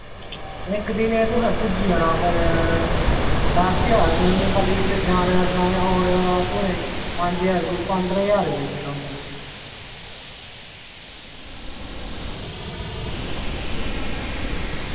इक्क दिन एह्दे कशा पुज्जी जाना पर दस्स ज्हार तुसें मिगी छड़ा जानै दा सनाया औने दा तुसें पंज ज्हार कोई पंदरां ज्हार देना पौना